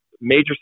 major